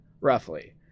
Roughly